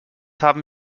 haben